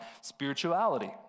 spirituality